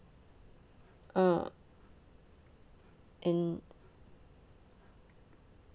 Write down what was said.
uh and